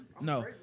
No